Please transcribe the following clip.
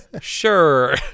Sure